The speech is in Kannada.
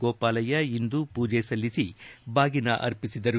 ಗೋಪಾಲಯ್ಯ ಇಂದು ಪೂಜೆ ಸಲ್ಲಿಸಿ ಬಾಗಿನ ಅರ್ಪಿಸಿದರು